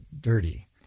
dirty